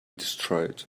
destroyed